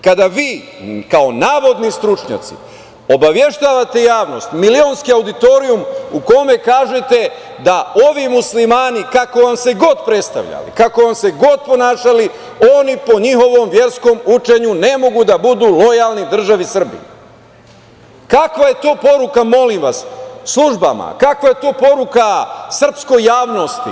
Kada vi kao navodni stručnjaci obaveštavate javnost, milionski auditorijum, u kome kažete da ovi Muslimani, kako vam se god predstavljali, kako vam se god ponašali, oni po njihovom verskom učenju ne mogu da budu lojalni državi Srbiji, kakva je to poruka, molim vas, službama, kakva je to poruka srpskoj javnosti?